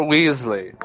Weasley